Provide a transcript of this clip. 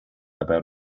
about